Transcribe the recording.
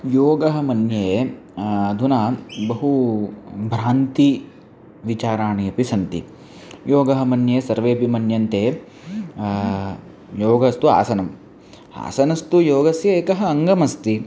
योगः मन्ये अधुना बहु भ्रान्तिविचाराः अपि सन्ति योगः मन्ये सर्वेपि मन्यन्ते योगस्तु आसनम् आसनन्तु योगस्य एकम् अङ्गमस्ति